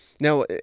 Now